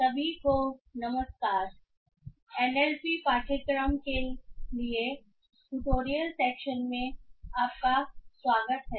सभी को नमस्कार एनएलपी पाठ्यक्रम के लिए ट्यूटोरियल सेक्शन में आपका स्वागत है